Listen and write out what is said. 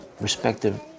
respective